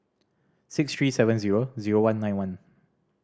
six three seven zero zero one nine one